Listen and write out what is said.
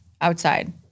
outside